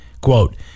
quote